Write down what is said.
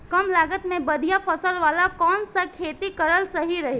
कमलागत मे बढ़िया फसल वाला कौन सा खेती करल सही रही?